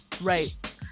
Right